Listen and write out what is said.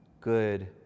good